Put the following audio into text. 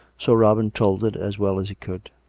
so robin told it as well as he could.